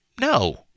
No